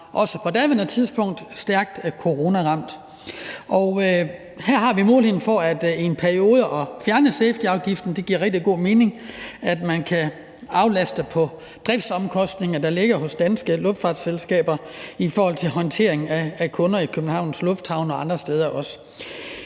også på daværende tidspunkt var stærkt coronaramt. Og her har vi muligheden for i en periode at fjerne safetyafgiften. Det giver rigtig god mening, at man kan aflaste i forhold til de driftsomkostninger, der ligger hos danske luftfartsselskaber, ved håndteringen af kunder i Københavns Lufthavn og også andre steder.